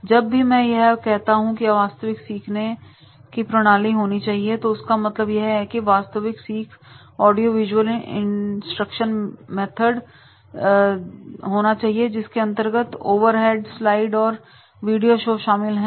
जब भी मैं यह कहता हूं कि वास्तविक सीखने की प्रणाली होनी चाहिए तो उसका मतलब यह है की वास्तविक सीख ऑडियो विजुअल इंस्ट्रक्शन मेथी जाएगी जिसके अंतर्गत ओवरहेड स्लाइड और वीडियो शो शामिल होंगे